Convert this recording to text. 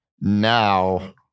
Now